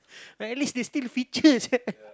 but at least they still feature sia